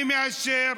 אני מאשר.